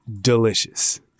delicious